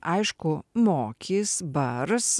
aišku mokys bars